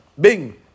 Bing